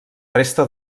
resta